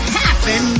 happen